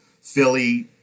Philly